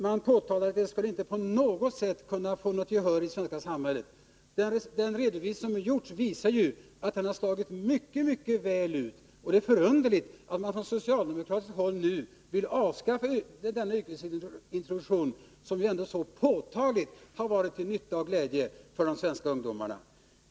Man hävdade att den inte på något sätt skulle kunna få något gehör i samhället. Men den redovisning som lämnats visar ju att den slagit mycket väl ut. Det är förunderligt att man från socialdemokratiskt håll nu vill avskaffa denna yrkesintroduktion, som så påtagligt har varit till nytta och glädje för våra ungdomar.